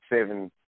seven